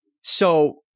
So-